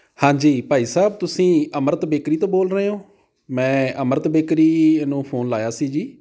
ਹਾਂਜੀ ਭਾਈ ਸਾਹਿਬ ਤੁਸੀਂ ਅੰਮ੍ਰਿਤ ਬੇਕਰੀ ਤੋਂ ਬੋਲ ਰਹੇ ਹੋ ਮੈਂ ਅੰਮ੍ਰਿਤ ਬੇਕਰੀ ਨੂੰ ਫੋਨ ਲਾਇਆ ਸੀ ਜੀ